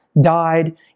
died